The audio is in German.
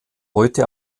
heute